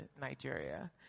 Nigeria